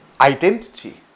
identity